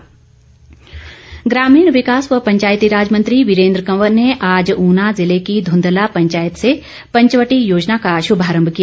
वीरेन्द्र कंवर ग्रामीण विकास व पंचायती राज मंत्री वीरेन्द्र कंवर ने आज ऊना जिले की धूदला पंचायत से पंचवटी योजना का शुभारम्भ किया